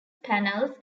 panels